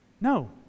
no